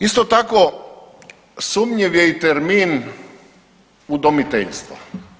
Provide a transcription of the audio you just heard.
Isto tako sumnjiv je i termin udomiteljstva.